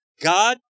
God